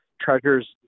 treasures